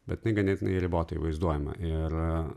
bet jinai ganėtinai ribotai vaizduojama ir